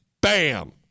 bam